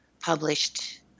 published